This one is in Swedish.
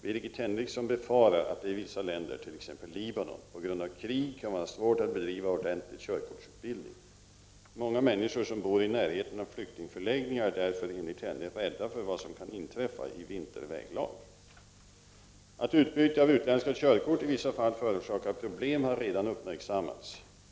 Birgit Henriksson befarar att det i vissa länder, t.ex. Libanon, på grund av krig kan vara svårt att bedriva ordentlig körkortsutbildning. Många människor som bor i närheten av flyktingförläggningar är därför enligt henne rädda för vad som kan inträffa i vinterväglag. Att utbyte av utländska körkort i vissa fall förorsakar problem har redan uppmärksammats.